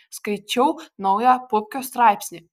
skaičiau naują pupkio straipsnį